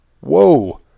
Whoa